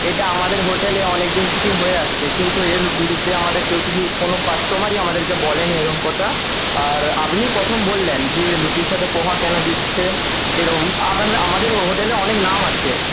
এটা আমাদের হোটেলে অনেকদিন থেকেই হয়ে আসছে কিন্তু এর বিরুদ্ধে আমাদের কেউ কিছু কোনো কাস্টোমারই আমাদেরকে বলেনি এইরকম কথা আর আপনি প্রথম বললেন যে লুচির সাথে পোহা কেন দিচ্ছেন এইরকম আমাদেরও হোটেলে অনেক নাম আছে